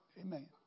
Amen